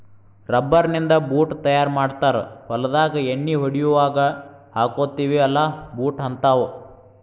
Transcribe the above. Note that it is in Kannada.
ರಬ್ಬರ್ ನಿಂದ ಬೂಟ್ ತಯಾರ ಮಾಡ್ತಾರ ಹೊಲದಾಗ ಎಣ್ಣಿ ಹೊಡಿಯುವಾಗ ಹಾಕ್ಕೊತೆವಿ ಅಲಾ ಬೂಟ ಹಂತಾವ